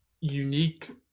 unique